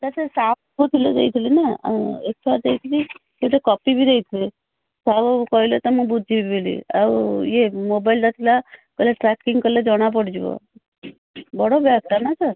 sir ସେ sir ଯେଉଁ ଥିଲେ ଦେଇଥିଲେନା ଏଫ୍ଆଇଆର୍ ଦେଇଥିଲି ସେ ଗୋଟେ କପିବି ଦେଇଥିଲେ ସାହୁ ବାବୁ କହିଲେ ତ ମୁଁ ବୁଝିବି ବୋଲି ଆଉ ଇଏ ମୋବାଇଲ୍ଟା ଥିଲା କହିଲେ ଟ୍ରାକିଂ କଲେ ଜଣାପଡ଼ିଯିବ ବଡ଼ ବ୍ୟାଗ୍ଟା ନା ସାର୍